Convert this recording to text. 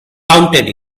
counted